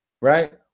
Right